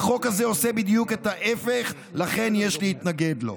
החוק הזה עושה בדיוק את ההפך, ולכן יש להתנגד לו.